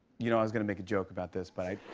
you know, i was going to make a joke about this, but i